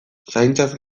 zaintzaz